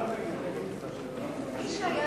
(תיקוני חקיקה),